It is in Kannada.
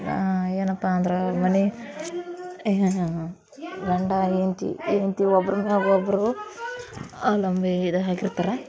ಏನಪ್ಪ ಅಂದ್ರೆ ಮನೆ ಗಂಡ ಹೆಂಡ್ತಿ ಹೆಂಡ್ತಿ ಒಬ್ರು ಮ್ಯಾಗ ಒಬ್ಬರು ಅವಲಂಬಿ ಇದು ಆಗ್ತಿರ್ತಾರೆ